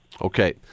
Okay